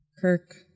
Kirk